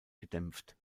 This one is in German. gedämpft